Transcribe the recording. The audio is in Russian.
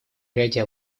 ряде